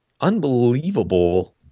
unbelievable